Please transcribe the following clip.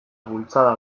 bultzada